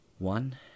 One